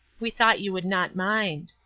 we thought you would not mind.